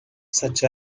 such